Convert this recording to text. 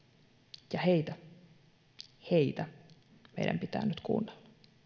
ja heitä heitä meidän pitää nyt kuunnella